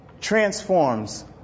transforms